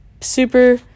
super